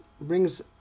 brings